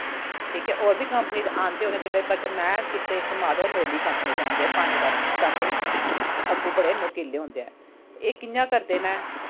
ठीक ऐ होर बी कंपनी देआंदे होनें बट में कीते इस्तेमाल ते ओह् नोली कंपनी दे आंदे पंज दा सैट होदा ऐ ते अग्गों बड़े नोकिले होंदे ऐं एह् कियां करदे करना